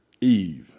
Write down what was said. Eve